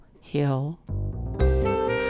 Hill